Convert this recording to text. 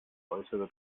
äußere